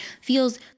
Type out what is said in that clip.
feels